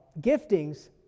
giftings